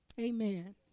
Amen